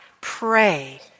pray